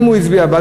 אם הוא הצביע בעד,